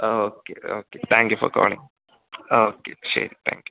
okay okay thank you for calling okay ശരി thank you